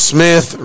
Smith